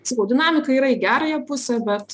sakau dinamika yra į gerąją pusę bet